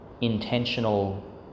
intentional